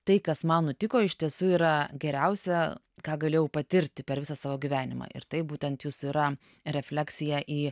tai kas man nutiko iš tiesų yra geriausia ką galėjau patirti per visą savo gyvenimą ir tai būtent jūsų yra refleksija į